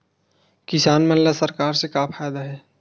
किसान मन ला सरकार से का फ़ायदा हे?